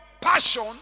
passion